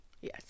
Yes